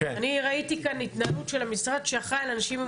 אני ראיתי כאן התנהלות של המשרד שאחראי על אנשים עם